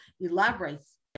elaborates